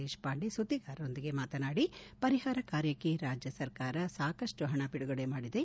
ದೇಶಪಾಂಡೆ ಸುದ್ದಿಗಾರರೊಂದಿಗೆ ಮಾತನಾಡಿ ಪರಿಹಾರ ಕಾರ್ಯಕ್ಕೆ ರಾಜ್ಯ ಸರ್ಕಾರ ಸಾಕಷ್ಟು ಹಣ ಬಿಡುಗಡೆ ಮಾಡಿದೆ